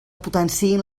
potenciïn